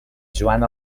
joan